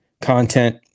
content